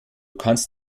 kannst